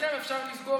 מבחינתכם אפשר לסגור,